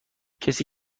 کسی